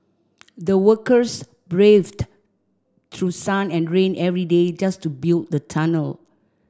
the workers braved through sun and rain every day just to build the tunnel